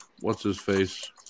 what's-his-face